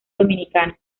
dominicana